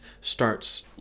starts